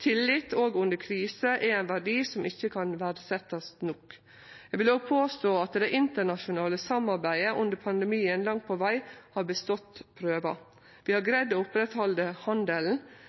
Tillit òg under kriser er ein verdi som ikkje kan verdsetjast nok. Eg vil òg påstå at det internasjonale samarbeidet under pandemien langt på veg har bestått prøva. Vi har greidd å halde handelen